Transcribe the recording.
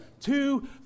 two